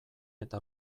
eta